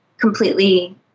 completely